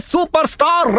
Superstar